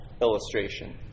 illustration